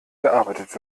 gearbeitet